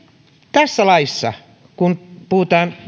tässä laissa puhutaan